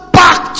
back